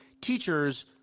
teachers